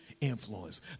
influence